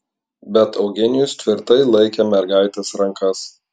bet eugenijus tvirtai laikė mergaitės rankas